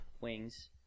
Wings